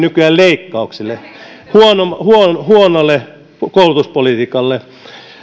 nykyään synonyymeja leikkauksille huonolle koulutuspolitiikalle